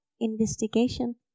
investigation